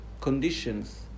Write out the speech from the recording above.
conditions